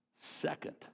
second